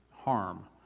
harm